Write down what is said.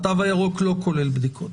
התו הירוק לא כולל בדיקות.